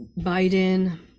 Biden